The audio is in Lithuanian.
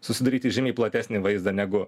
susidaryti žymiai platesnį vaizdą negu